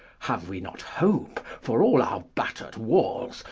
have we not hope, for all our batter'd walls,